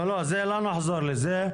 לא, לא נחזור לזה.